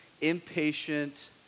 impatient